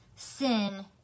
sin